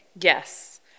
Yes